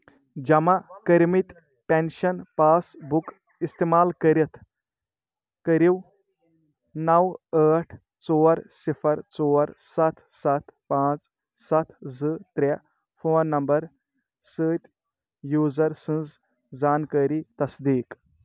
جمع کٔرمٕتۍ pension passbook استعمال کٔرتھ کٔرو نو ٲٹھ ژور صِفر ژور سَتھ سَتھ پانٛژھ سَتھ زٕ ترٛے فون نمرٕ سۭتۍ یوزر سٕنٛز زانٛکٲری تصدیٖق